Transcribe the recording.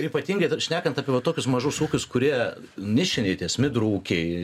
ypatingai dar šnekant apie va tokius mažus ūkius kurie nišiniai smidrų ūkiai